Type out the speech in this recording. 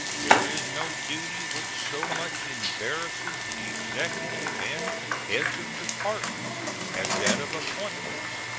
there is no duty which so much embarrasses the executive and heads of departments as that of appointments,